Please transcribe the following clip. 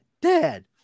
Dad